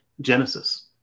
Genesis